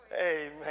Amen